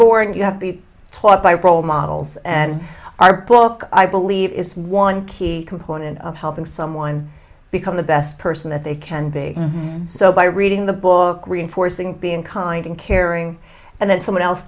g you have be taught by role models and our book i believe is one key component of helping someone become the best person that they can be so by reading the book reinforcing being kind and caring and then someone else